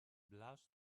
blushed